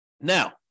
Now